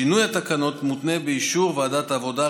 שינוי התקנות מותנה באישור ועדת העבודה,